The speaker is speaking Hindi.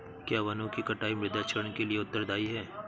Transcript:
क्या वनों की कटाई मृदा क्षरण के लिए उत्तरदायी है?